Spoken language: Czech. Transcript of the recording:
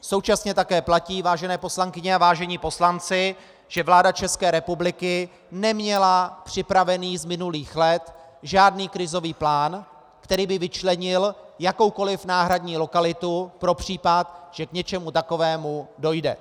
Současně také platí, vážené poslankyně a vážení poslanci, že vláda České republiky neměla z minulých let připravený žádný krizový plán, který by vyčlenil jakoukoliv náhradní lokalitu pro případ, že k něčemu takovému dojde.